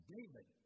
David